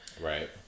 Right